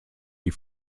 die